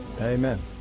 Amen